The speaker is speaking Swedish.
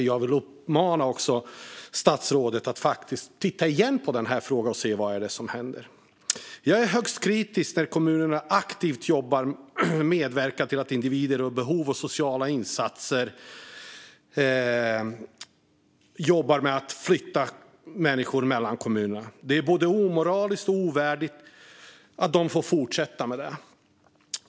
Jag vill uppmana statsrådet att titta på den här frågan igen och se vad det är som händer. Jag är högst kritisk när kommunerna aktivt medverkar till att individer med behov av sociala insatser flyttas mellan kommunerna. Det är både omoraliskt och ovärdigt att de får fortsätta med det.